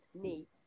neat